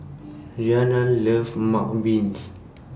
Rhianna loves Mung wins